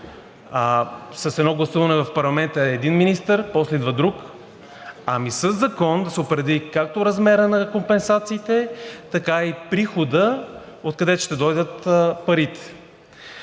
с едно гласуване в парламента е един министър, после идва друг, ами със закон да се определи както размерът на компенсациите, така и приходът, откъдето ще дойдат парите.